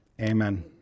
amen